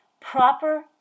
proper